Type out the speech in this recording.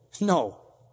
no